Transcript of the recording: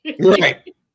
Right